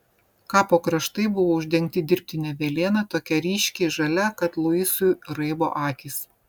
kapo kraštai buvo uždengti dirbtine velėna tokia ryškiai žalia kad luisui raibo akys